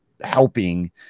helping